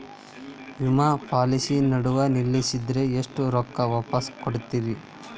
ವಿಮಾ ಪಾಲಿಸಿ ನಡುವ ನಿಲ್ಲಸಿದ್ರ ಎಷ್ಟ ರೊಕ್ಕ ವಾಪಸ್ ಕೊಡ್ತೇರಿ?